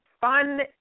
fun